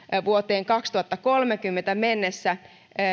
vuoteen kaksituhattakolmekymmentä mennessä